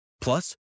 Plus